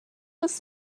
was